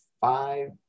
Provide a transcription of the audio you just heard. five